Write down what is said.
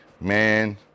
Man